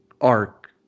arc